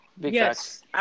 Yes